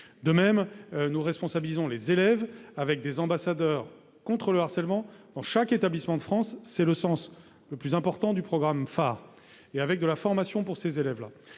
De même, nous responsabilisons les élèves, avec des ambassadeurs contre le harcèlement dans chaque établissement de France. C'est le point le plus important du programme Phare. Une formation spécifique est